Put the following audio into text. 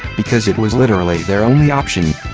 because it was literally their only option.